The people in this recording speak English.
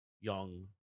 young